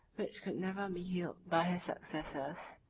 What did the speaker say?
which could never be healed by his successors,